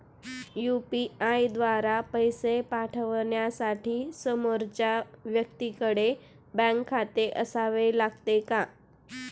UPI द्वारा पैसे पाठवण्यासाठी समोरच्या व्यक्तीकडे बँक खाते असावे लागते का?